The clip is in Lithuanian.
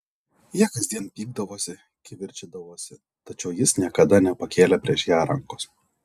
jie kasdien pykdavosi kivirčydavosi tačiau jis niekada nepakėlė prieš ją rankos